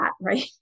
right